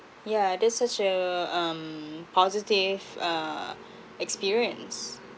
yeah that's such a um positive uh experience